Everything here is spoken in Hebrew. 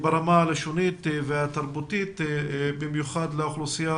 ברמה הלשונית והתרבותית, במיוחד לאוכלוסייה